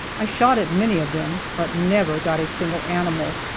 i shot at many of them, but never got a single animal,